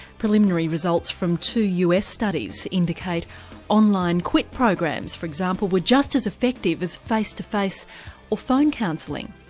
preliminary results from two us studies indicate online quit programs for example were just as effective as face to face or phone counselling.